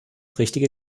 richtige